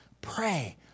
Pray